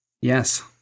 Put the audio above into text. Yes